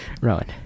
rowan